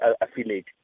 affiliate